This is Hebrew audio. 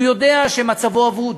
הוא יודע שמצבו אבוד,